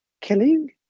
killing